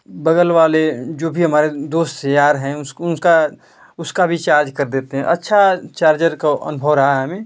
बगल वाले जो भी हमारे दोस्त यार हैं उसको उंसका उसका भी चार्ज कर देते हैं अच्छा चार्जर का अनुभव रहा है हमें